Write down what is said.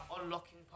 unlocking